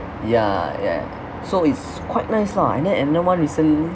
yeah yeah so it's quite nice lah and then and that one recently